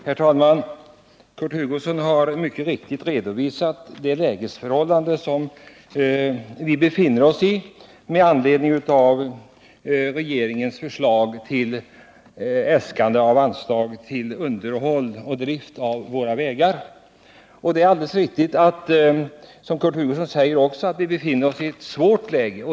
Herr talman! Kurt Hugosson har mycket riktigt redovisat det läge som vi befinner oss i med anledning av regeringens förslag om anslag till underhåll och drift av våra vägar. Det är alldeles riktigt som Kurt Hugosson säger att vi befinner oss i ett svårt läge.